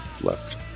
left